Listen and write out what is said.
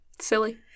Silly